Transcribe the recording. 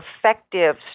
effective